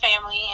family